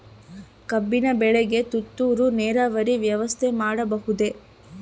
ಕಬ್ಬಿನ ಬೆಳೆಗೆ ತುಂತುರು ನೇರಾವರಿ ವ್ಯವಸ್ಥೆ ಮಾಡಬಹುದೇ?